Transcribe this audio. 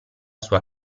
sua